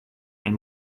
and